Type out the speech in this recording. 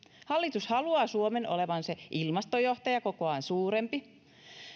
hallitus haluaa suomen olevan se ilmastojohtaja kokoaan suurempi